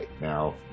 Now